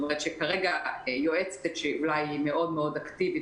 זאת אומרת שכרגע שיועצת שהיא מאוד אקטיבית